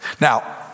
Now